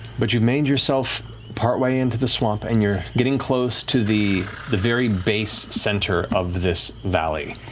but you've made yourself part way into the swamp, and you're getting close to the the very base center of this valley.